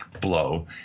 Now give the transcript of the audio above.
blow